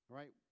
right